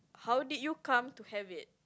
how did you come to have it